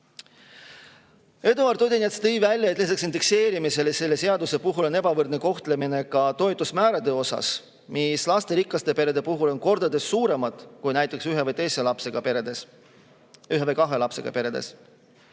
Eduard Odinets tõi välja, et lisaks indekseerimisele selle seaduse puhul on ebavõrdne kohtlemine ka toetusmäärade puhul, mis lasterikastes peredes on kordades suuremad kui näiteks ühe või kahe lapsega peredes. Odinets küsis, miks president